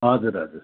हजुर हजुर